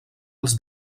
els